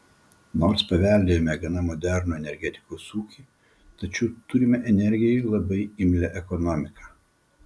nors paveldėjome gana modernų energetikos ūkį tačiau turime energijai labai imlią ekonomiką